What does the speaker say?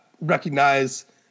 recognize